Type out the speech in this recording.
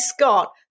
Scott